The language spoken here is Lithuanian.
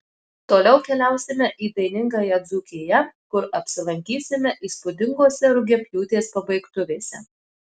toliau keliausime į dainingąją dzūkiją kur apsilankysime įspūdingose rugiapjūtės pabaigtuvėse